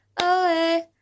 away